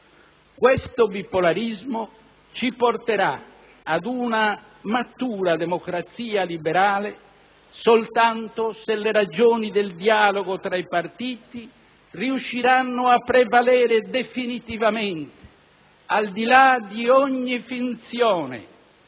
Questo bipolarismo ci porterà ad una matura democrazia liberale soltanto se le ragioni del dialogo tra i partiti riusciranno a prevalere definitivamente, al di là di ogni finzione,